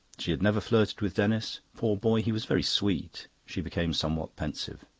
she had never flirted with denis. poor boy! he was very sweet. she became somewhat pensive.